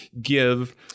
give